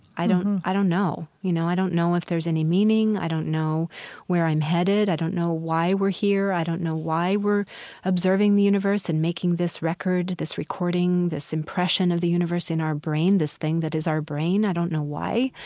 i don't i don't know. you know, i don't know if there's any any meaning. i don't know where i'm headed. i don't know why we're here. i don't know why we're observing the universe and making this record, this recording, this impression of the universe in our brain, this thing that is our brain. i don't know why,